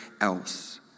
else